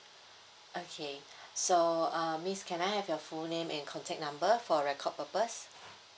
okay so uh miss can I have your full name and contact number for record purpose